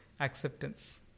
acceptance